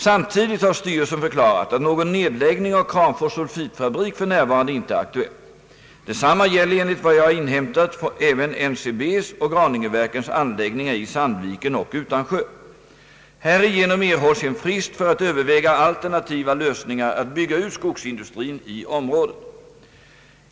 Samtidigt har styrelsen förklarat att någon nedläggning av Kramfors” sulfitfabrik f.n. inte är aktuell. Detsamma gäller enligt vad jag inhämtat även NCB:s och Graningeverkens anläggningar i Sandviken och Utansjö. Härigenom erhålls en frist för att överväga alternativa lösningar att bygga ut skogsindustrin i området.